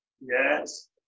yes